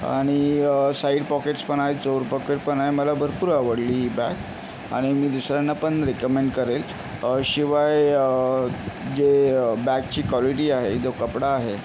आणि side pockets पण आहेत चोर पॉकेट पण आहे मला भरपूर आवडली ही बॅग आणि मी दुसऱ्यांना पण रेकमेंड करेल शिवाय जे बॅगची क्वालिटी आहे जो कपडा आहे